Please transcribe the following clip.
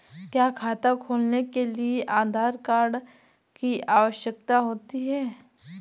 क्या खाता खोलने के लिए आधार कार्ड की आवश्यकता होती है?